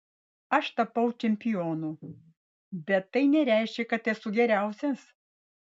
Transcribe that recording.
aš tapau čempionu bet tai nereiškia kad esu geriausias